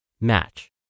Match